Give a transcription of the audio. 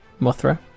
Mothra